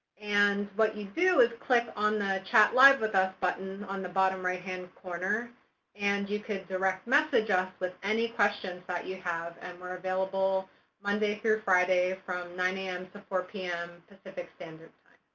and what you do is click on the chat live with us button on the bottom righthand corner and you could direct message us with any questions that you have. and we're available monday through friday, from nine am to four pm pacific standard